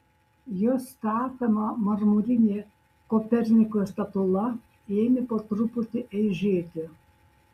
jo statoma marmurinė koperniko statula ėmė po truputį eižėti